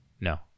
No